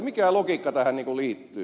mikä logiikka tähän liittyy